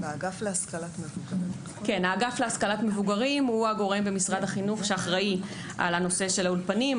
האגף להשכלת מבוגרים הוא הגורם במשרד החינוך שאחראי על נושא האולפנים,